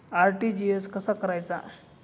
RTGS कसा करायचा?